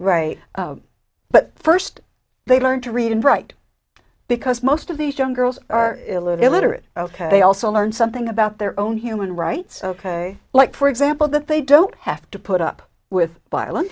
right but first they learn to read and write because most of these young girls are illiterate ok they also learn something about their own human rights like for example that they don't have to put up with violence